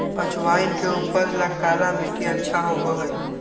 अजवाइन के उपज ला काला मट्टी अच्छा होबा हई